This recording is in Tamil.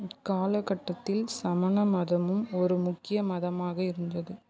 இக்காலகட்டத்தில் சமண மதமும் ஒரு முக்கிய மதமாக இருந்தது